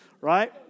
Right